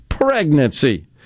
Pregnancy